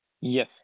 yes